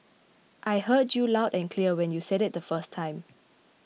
I heard you loud and clear when you said it the first time